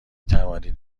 توانید